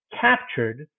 captured